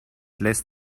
lässt